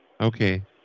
Okay